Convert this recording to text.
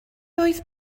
oedd